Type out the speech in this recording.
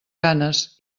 ganes